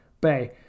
Bay